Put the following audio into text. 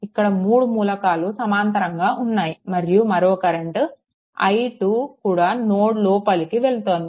ఇక్కడ ఈ 3 మూలకాలు సమాంతరంగా ఉన్నాయి మరియు మరో కరెంట్ i2 కూడా నోడ్ లోపలికి వెళ్తోంది